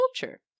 culture